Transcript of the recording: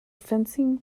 fencing